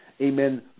amen